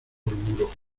murmuró